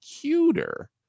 cuter